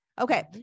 Okay